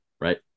right